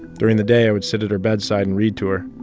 during the day, i would sit at her bedside and read to her,